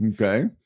Okay